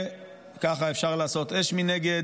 ככה אפשר לעשות אש מנגד,